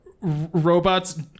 robots